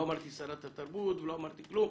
לא אמרתי שרת התרבות ולא אמרתי כלום,